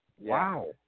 Wow